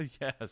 yes